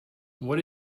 what